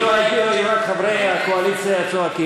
אם רק חברי הקואליציה היו צועקים,